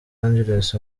angeles